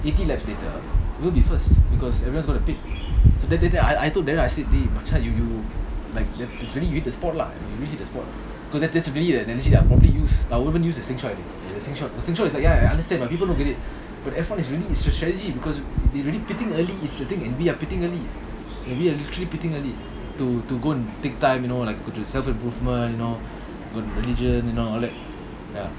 eighty laps later we'll be first because everyone's gonna pit so that that that I I told darren I said மச்சான்:machan you you like that's really you hit the spot lah you really hit the spot cause that's that's really an analogy that I'll probably use I won't even use the slingshot ana~ the slingshot the slingshot is like ya I understand but people don't get it but F one it's really it's a strategy because they really pitting early is a thing and we are pitting early we are literally pitting early to to go and take time you know like self improvement you know go and religion you know all that ya